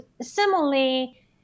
similarly